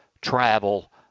travel